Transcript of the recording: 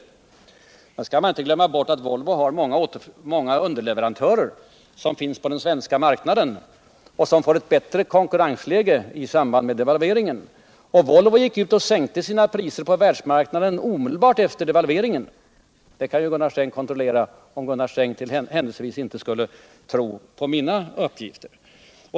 Sedan skall man inte glömma bort att Volvo har många svenska underleverantörer som fick ett bättre konkurrensläge i samband med devalveringen. Och Volvo gick ut och sänkte sina priser på världsmarknaden omedelbart efter devalveringen — det kan Gunnar Sträng kontrollera om han händelsvis inte skulle tro på mina uppgifter.